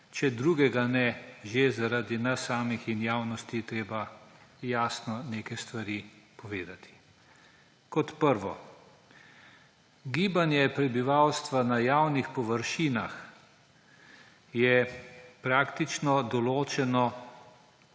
če drugega ne, že zaradi nas samih in javnosti je treba jasno neke stvari povedati. Kot prvo. Gibanje prebivalstva na javnih površinah je praktično določeno.